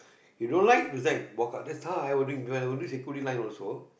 you don't like resign walk out that's how I was doing while when I was doing security line also